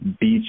beach